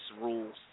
rules